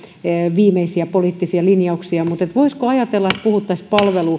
viimeisiä poliittisia linjauksia mutta voisiko ajatella että puhuttaisiin